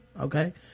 Okay